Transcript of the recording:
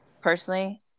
personally